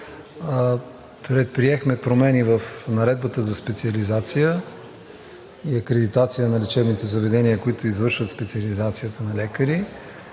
предприехме промени в Наредбата за специализация и акредитация на лечебните заведения, които извършват специализацията на лекари.